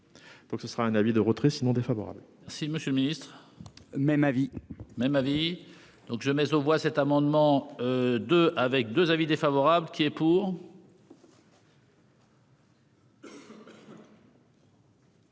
Donc ce sera un avis de retrait sinon défavorable. Si Monsieur le Ministre. Même avis même avis. Donc je mais aux voit cet amendement. De avec 2 avis défavorable qui est pour.